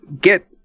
get